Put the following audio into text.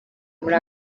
muri